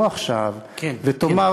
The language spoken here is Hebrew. בוא עכשיו ותאמר